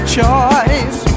choice